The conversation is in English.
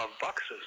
boxes